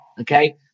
okay